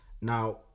Now